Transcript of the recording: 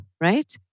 right